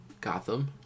Gotham